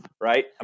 right